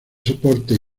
soportes